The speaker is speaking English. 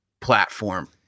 platform